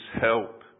help